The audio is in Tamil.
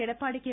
எடப்பாடி கே